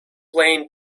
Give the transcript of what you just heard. plane